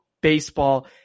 Baseball